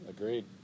Agreed